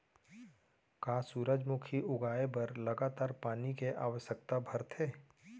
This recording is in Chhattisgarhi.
का सूरजमुखी उगाए बर लगातार पानी के आवश्यकता भरथे?